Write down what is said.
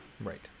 Right